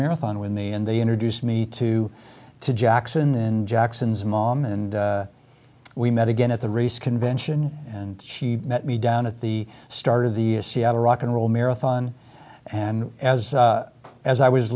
marathon when the and they introduced me to to jackson and jackson's mom and we met again at the reese convention and she met me down at the start of the seattle rock n roll marathon and as as i was